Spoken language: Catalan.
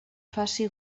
faci